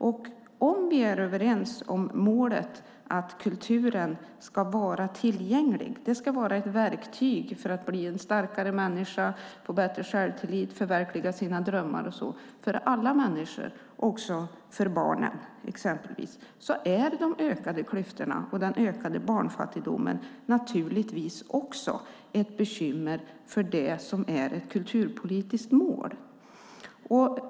Om vi är överens om målet att kulturen ska vara tillgänglig - ett verktyg för att bli en starkare människa, få bättre självtillit och förverkliga sina drömmar, för alla människor, också barnen - är de ökade klyftorna och den ökade barnfattigdomen naturligtvis också ett bekymmer för det som är ett kulturpolitiskt mål.